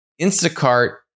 instacart